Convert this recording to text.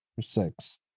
six